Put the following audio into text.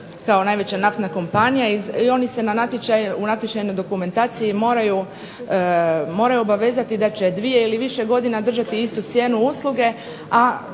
kao naftna kompanija i oni se u natječajnoj dokumentaciji moraju obavezati da će dvije ili više godina držati istu cijenu usluge,